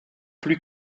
plus